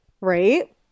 right